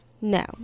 No